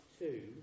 two